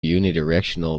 unidirectional